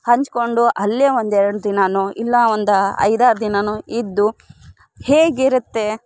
ಹಂಚಿಕೊಂಡು ಅಲ್ಲಿಯ ಒಂದು ಎರಡು ದಿನವೋ ಇಲ್ಲ ಒಂದು ಐದಾರು ದಿನವೋ ಇದ್ದು ಹೇಗೆ ಇರುತ್ತೆ